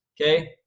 okay